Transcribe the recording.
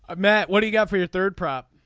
ah matt what do you got for your third prop.